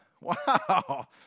wow